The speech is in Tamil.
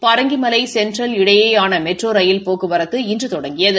பரங்கிமலை சென்ட்ரல் இடையேயான மெட்ரோ ரயில் போக்குவரத்தும் இன்று தொடங்கியது